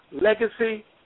legacy